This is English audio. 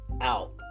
out